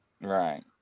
Right